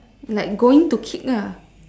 like going to kick lah